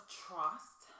trust